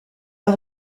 pas